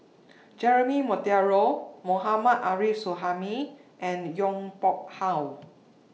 Jeremy Monteiro Mohammad Arif Suhaimi and Yong Pung How